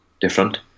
Different